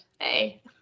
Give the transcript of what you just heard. hey